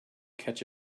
catch